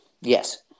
Yes